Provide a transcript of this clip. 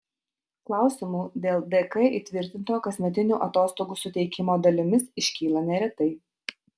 klausimų dėl dk įtvirtinto kasmetinių atostogų suteikimo dalimis iškyla neretai